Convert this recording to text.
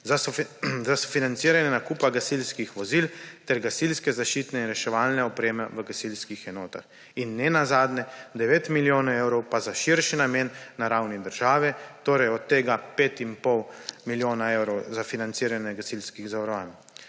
za sofinanciranje nakupa gasilskih vozil ter gasilske zaščitne in reševalne opreme v gasilskih enotah in nenazadnje 9 milijonov evrov pa za širši namen na ravni države; torej od tega 5 in pol milijona evrov za financiranje gasilskih zavarovanj.